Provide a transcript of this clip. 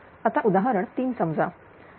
आता उदाहरण 3 समजा तो